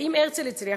ואם הרצל הצליח,